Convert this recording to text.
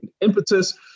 impetus